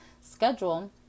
schedule